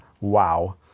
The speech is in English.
Wow